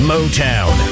Motown